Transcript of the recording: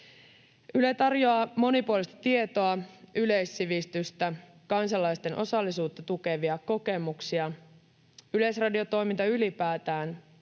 Yle tarjoaa monipuolista tietoa, yleissivistystä ja kansalaisten osallisuutta tukevia kokemuksia. Yleisradiotoiminta ylipäätään